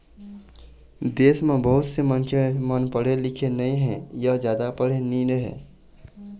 देश म बहुत से मनखे मन पढ़े लिखे नइ हे य जादा पढ़े नइ रहँय